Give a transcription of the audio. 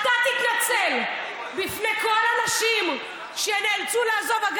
אתה תתנצל בפני כל הנשים שנאלצו לעזוב.